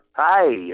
Hi